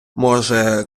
може